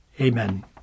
Amen